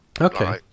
okay